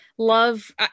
love